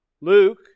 Luke